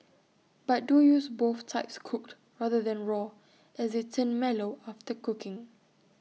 but do use both types cooked rather than raw as they turn mellow after cooking